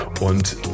und